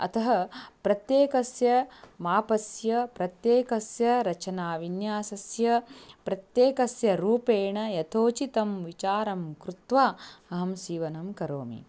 अतः प्रत्येकस्य मापस्य प्रत्येकस्य रचना विन्यासस्य प्रत्येकस्य रूपेण यथोचितं विचारं कृत्वा अहं सीवनं करोमि